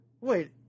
wait